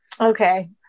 okay